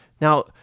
Now